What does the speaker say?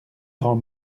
grand